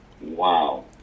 Wow